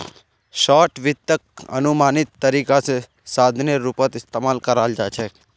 short वित्तक अनुमानित तरीका स साधनेर रूपत इस्तमाल कराल जा छेक